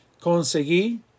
conseguí